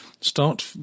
start